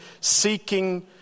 seeking